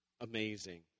amazing